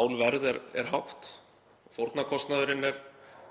álverð er hátt og fórnarkostnaðurinn er meiri